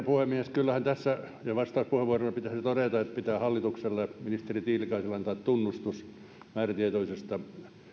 puhemies kyllähän tässä vastauspuheenvuoroihin liittyen pitäisi todeta että pitää hallitukselle ministeri tiilikaiselle antaa tunnustus määrätietoisesta